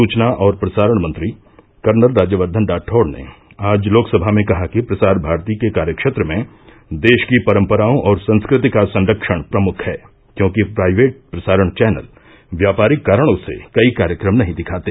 सूचना और प्रसारण मंत्री कर्नल राज्यवर्धन राठौड़ ने आज लोक सभा में कहा कि प्रसार भारती के कार्यक्षेत्र में देश की परंपराओं और संस्कृति का संरक्षण प्रमुख है क्योंकि प्राइवेट प्रसारण चैनल व्यापारिक कारणों से कई कार्यक्रम नहीं दिखाते